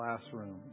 classroom